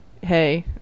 Hey